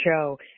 show